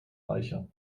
reicher